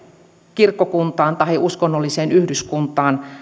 kirkkokuntaan tai uskonnolliseen yhdyskuntaan